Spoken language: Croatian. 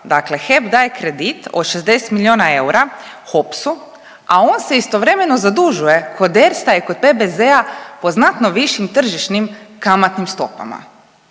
dakle HEP daje kredit od 60 milijuna eura HOPS-u a on se istovremeno zadužuje kod Erste i kod PBZ-a po znatno višim tržišnim kamatnim stopama.